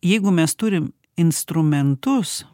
jeigu mes turim instrumentus